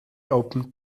opened